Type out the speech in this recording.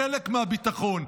חלק מהביטחון,